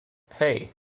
hey